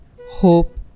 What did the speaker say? Hope